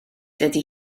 dydy